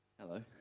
hello